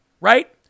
Right